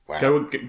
Go